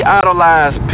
idolize